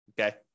okay